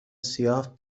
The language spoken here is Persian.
سیاه